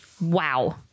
Wow